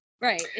Right